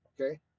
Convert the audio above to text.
Okay